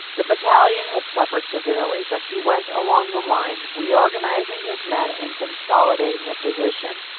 the battalion had suffered severely, but he went along the line, reorganizing his men and consolidating the position.